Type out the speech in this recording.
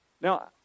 Now